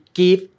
give